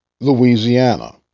Louisiana